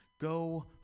go